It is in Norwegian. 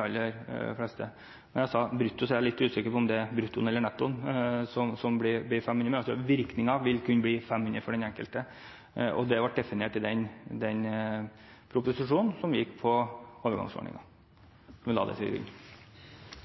aller fleste. Jeg sa brutto. Jeg er litt usikker på om det er brutto eller netto som blir 500, men virkningen vil kunne bli 500 kr for den enkelte, og det ble definert i den proposisjonen som gikk på overgangsordninger, når vi la det